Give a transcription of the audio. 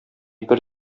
бер